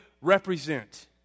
represent